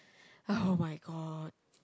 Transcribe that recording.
oh-my-god